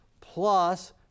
plus